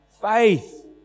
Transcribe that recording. faith